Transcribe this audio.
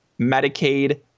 Medicaid